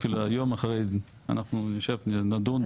ואפילו היום אחרי זה אנחנו נשב נדון.